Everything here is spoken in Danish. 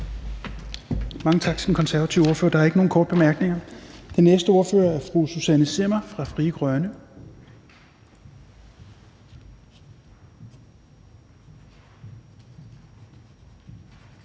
Mange tak til den konservative ordfører. Der er ikke nogen korte bemærkninger. Den næste ordfører er fru Susanne Zimmer fra Frie Grønne.